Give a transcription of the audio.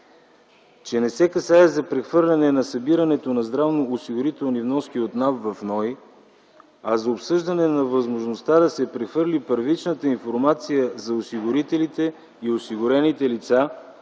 Не се касае за прехвърляне на събирането на здравно- осигурителни вноски от НАП в НОИ, а за обсъждане на възможността да се прехвърли първичната информация за осигурителите и осигурените лица